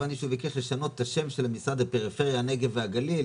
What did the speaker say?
הבנתי שהוא ביקש לשנות את השם של המשרד לפריפריה הנגב והגליל,